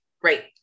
Great